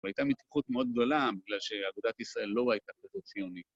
‫והייתה מתיחות מאוד גדולה ‫בגלל שאגודת ישראל לא הייתה כזו ציונית.